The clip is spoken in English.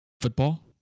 Football